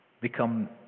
become